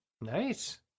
Nice